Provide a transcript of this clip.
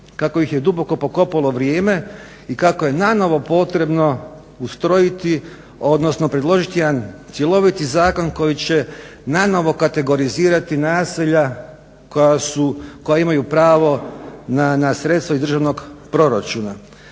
kako ih je duboko pokopalo vrijeme i kako je nanovo potrebno predložiti jedan cjeloviti zakon koji će nanovo kategorizirati naselja koja imaju pravo na sredstva iz državnog proračuna.